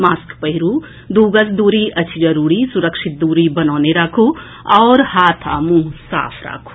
mask पहिरू दू गज दूरी अछि जरूरी सुरक्षित दूरी बनौने राखू आओर हाथ आ मुंह साफ राखू